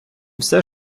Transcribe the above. все